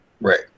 right